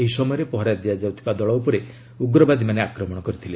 ଏହି ସମୟରେ ପହରା ଦେଉଥିବା ଦଳ ଉପରେ ଉଗ୍ରବାଦୀମାନେ ଆକ୍ରମଣ କରିଥିଲେ